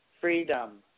freedom